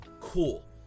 Cool